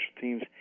teams